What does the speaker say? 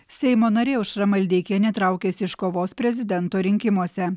seimo narė aušra maldeikienė traukiasi iš kovos prezidento rinkimuose